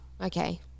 okay